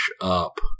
up